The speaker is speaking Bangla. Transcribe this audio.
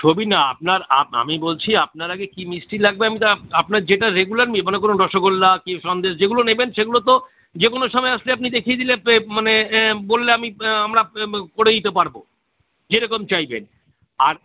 ছবি না আপনার আপ আমি বলছি আপনার আগে কি মিষ্টি লাগবে আমি তো আপ আপনার যেটা রেগুলার নিই মনে করুন রসগোল্লা কি সন্দেশ যেগুলো নেবেন সেগুলো তো যে কোনো সময় আসলে আপনি দেখিলে দিলে পে মানে বললে আমি আমরা করে দিতে পারবো যেরকম চাইবেন আর